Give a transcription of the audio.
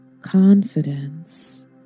confidence